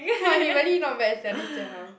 !wah! he really not bad sia this Jie-Hao